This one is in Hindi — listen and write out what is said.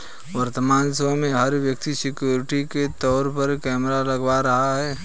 वर्तमान समय में, हर व्यक्ति सिक्योरिटी के तौर पर कैमरा लगवा रहा है